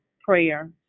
prayer